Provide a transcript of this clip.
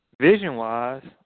Vision-wise